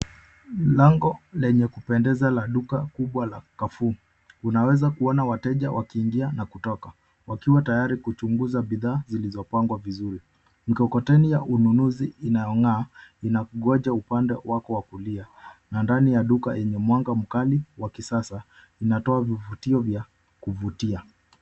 Lango lenye kupendeza la duka kubwa la Carrefour, unaweza kuona wateja wakiingia na kutoka, wakiwa tayari kuchunguza bidhaa zilizopangwa vizuri. Mkokoteni ya ununuzi inaoyong'aa, inangoja upande wako wa kulia na ndani ya duka yenye mwanga mkali wa kisasa, inatoa mvuto vya kuvutia.